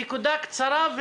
נקודה קצרה.